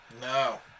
No